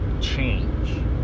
change